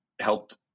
helped